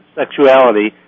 sexuality